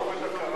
עזוב את ה"קרה".